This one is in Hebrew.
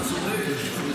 אתה צודק,